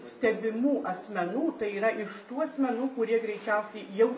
stebimų asmenų tai yra iš tų asmenų kurie greičiausiai jau